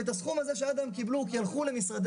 ואת הסכום הזה שעד היום קיבלו כי הלכו למשרדי